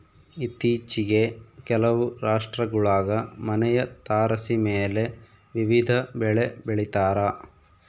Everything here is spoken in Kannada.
ಇತ್ತೀಚಿಗೆ ಕೆಲವು ರಾಷ್ಟ್ರಗುಳಾಗ ಮನೆಯ ತಾರಸಿಮೇಲೆ ವಿವಿಧ ಬೆಳೆ ಬೆಳಿತಾರ